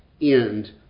end